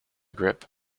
grip